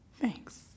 Thanks